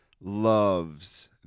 loves